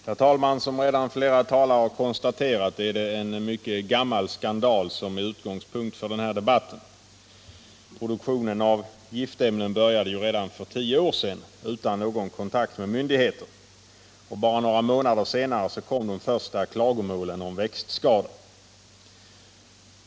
Herr talman! Som flera talare redan har konstaterat är det en mycket gammal skandal som är utgångspunkt för denna debatt. Produktionen av giftämnen vid BT Kemi började utan föregående kontakt med myndigheter redan för tio år sedan, och bara några månader senare kom de första klagomålen om växtskador.